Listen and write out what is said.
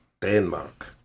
Denmark